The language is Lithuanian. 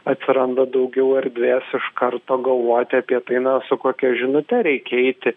atsiranda daugiau erdvės iš karto galvoti apie tai na su kokia žinute reikia eiti